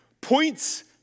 points